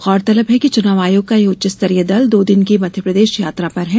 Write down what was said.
गौरतलब है कि चुनाव आयोग का यह उच्च स्तरीय दल दो दिन की मध्यप्रदेश यात्रा पर हैं